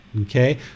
Okay